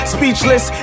Speechless